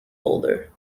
older